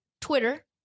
Twitter